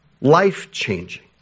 life-changing